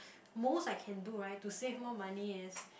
most I can do right to save more money is